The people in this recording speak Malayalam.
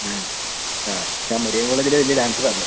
ആ ആ ഞാൻ മരിയൻ കോളേജിലെ വലിയ ഡാൻസറായിരുന്നു